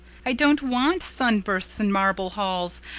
i don't want sunbursts and marble halls.